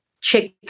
check